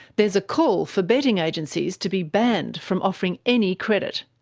there's a call for betting agencies to be banned from offering any credit.